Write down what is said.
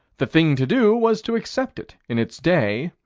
the thing to do was to accept it in its day,